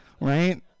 right